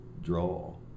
draw